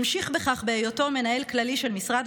המשיך בכך בהיותו מנהל כללי של משרד